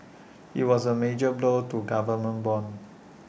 IT was A major blow to government bonds